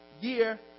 year